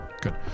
good